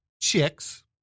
chicks